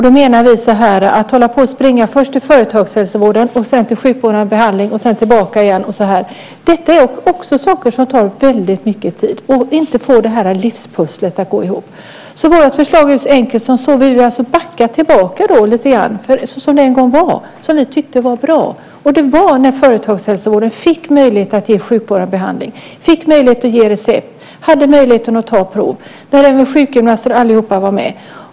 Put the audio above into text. Vi menar att detta att hålla på att springa först till företagshälsovården, sedan till sjukvårdande behandling och sedan tillbaka igen också är saker som tar väldigt mycket tid så att man inte får livspusslet att gå ihop. Vårt förslag är enkelt. Vi vill backa tillbaka lite grann till det som en gång var som vi tyckte var bra. Det var när företagshälsovården fick möjlighet att ge sjukvårdande behandling, recept och ta prov, där sjukgymnaster och allihop var med.